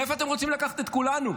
לאיפה אתם רוצים לקחת את כולנו?